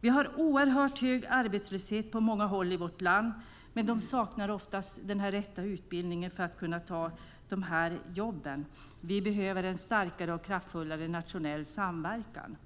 Vi har en oerhört hög arbetslöshet på många håll i vårt land, men de arbetslösa saknar oftast den rätta utbildningen för att kunna ta dessa jobb. Vi behöver en starkare och mer kraftfull nationell samverkan!